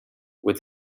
with